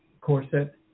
Corset